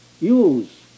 use